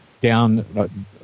down